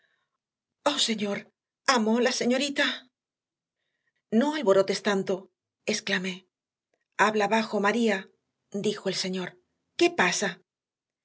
señor amo la señorita no alborotes tanto exclamé habla bajo maría dijo el señor qué pasa